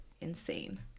insane